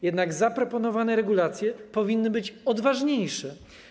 Jednak zaproponowane regulacje powinny być odważniejsze.